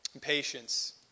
Patience